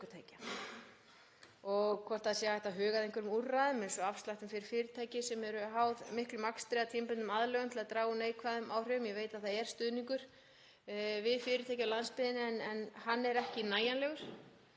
og hvort hægt sé að huga að einhverjum úrræðum eins og afsláttum fyrir fyrirtæki sem eru háð miklum akstri eða tímabundnum aðlögunum til að draga úr neikvæðum áhrifum — ég veit að það er stuðningur við fyrirtæki á landsbyggðinni en hann er ekki nægjanlegur